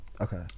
okay